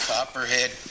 Copperhead